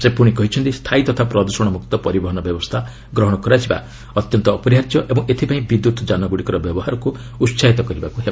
ସେ ପୁଣି କହିଛନ୍ତି ସ୍ଥାୟୀ ତଥା ପ୍ରଦ୍ଷଣମୁକ୍ତ ପରିବହନ ବ୍ୟବସ୍ଥା ଗ୍ରହଣ କରାଯିବା ଅତ୍ୟନ୍ତ ଅପରିହାର୍ଯ୍ୟ ଓ ଏଥିପାଇଁ ବିଦ୍ୟୁତ୍ ଯାନଗୁଡ଼ିକର ବ୍ୟବହାରକ୍ତ ଉତ୍ସାହିତ କରିବାକ୍ତ ହେବ